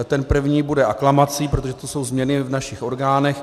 Ten první bude aklamací, protože to jsou změny v našich orgánech.